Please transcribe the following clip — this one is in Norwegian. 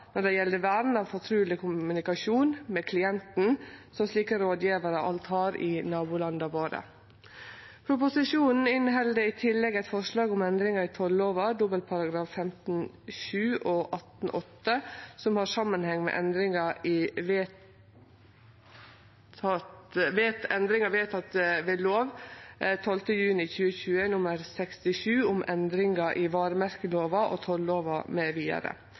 når det gjeld vern av fortruleg kommunikasjon med klienten som slike rådgjevarar alt har i nabolanda våre. Proposisjonen inneheld i tillegg eit forslag om endringar i tollova §§ 15-7 og 18-8, som har samanheng med endringar vedtekne ved lov 12. juni 2020 nr. 67, om endringar i varemerkelova og tollova